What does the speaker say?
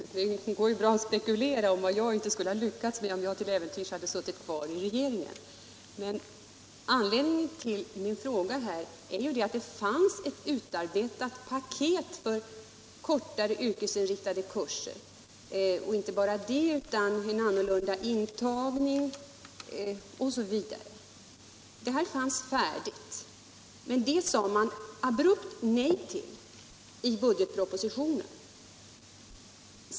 Herr talman! Det går ju bra att spekulera över vad jag inte skulle ha lyckats med, om jag hade suttit kvar i regeringen. Anledningen till min fråga är att det fanns ett utarbetat paket för kortare yrkesinriktade kurser, en annorlunda intagning osv. Detta fanns färdigt, men det sade regeringen abrupt nej till i budgetpropositionen.